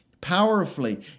powerfully